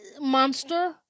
monster